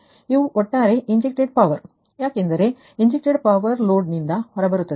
ಇವು ಒಟ್ಟಾರೆ injected power ಯಾಕೆಂದರೆ ಇಂಜೆಕ್ಟ್'ಡ ಪವರ್ ಲೋಡ್ ನಿಂದ ಹೊರಬರುತ್ತದೆ